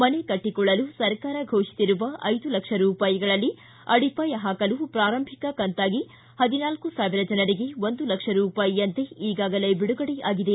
ಮನೆ ಕಟ್ಟಿಕೊಳ್ಳಲು ಸರ್ಕಾರ ಘೋಷಿಸಿರುವ ಐದು ಲಕ್ಷ ರೂಪಾಯಿಗಳಲ್ಲಿ ಅಡಿಪಾಯ ಪಾಕಲು ಪಾರಂಭಿಕ ಕಂತಾಗಿ ಹದಿನಾಲ್ಲು ಸಾವಿರ ಜನರಿಗೆ ಒಂದು ಲಕ್ಷ ರೂಪಾಯಿಯಂತೆ ಈಗಾಗಲೇ ಬಿಡುಗಡೆ ಆಗಿದೆ